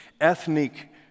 ethnic